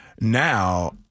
Now